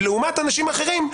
לעומת אנשים אחרים,